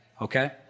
okay